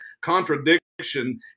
contradiction